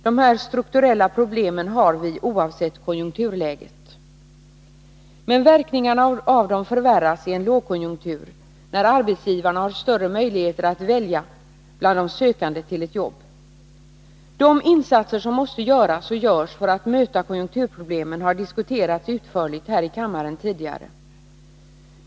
De här strukturella problemen har vi oavsett konjunkturläget. Men verkningarna av dem förvärras i en lågkonjunktur, när arbetsgivarna har större möjligheter att välja bland de sökande till ett jobb. De insatser som måste göras och görs för att möta konjunkturproblemen har diskuterats utförligt här i kammaren tidigare.